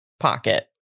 pocket